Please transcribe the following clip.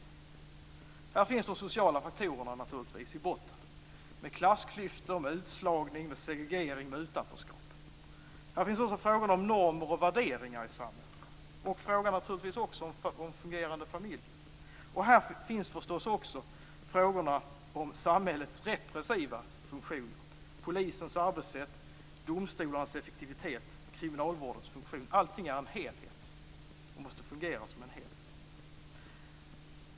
Här finns naturligtvis de sociala faktorerna i botten med klassklyftor, utslagning, segregering och utanförskap. Här finns också frågorna om normer och värderingar i samhället och om fungerande familjer. Och här finns förstås också frågorna om samhällets repressiva funktioner: polisens arbetssätt, domstolarnas effektivitet, kriminalvårdens funktion. Allt detta är en helhet och måste fungera som en sådan.